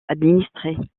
administrée